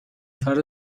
فرد